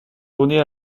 journée